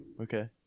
Okay